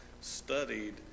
studied